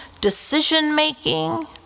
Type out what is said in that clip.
decision-making